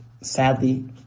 sadly